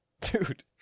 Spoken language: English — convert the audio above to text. Dude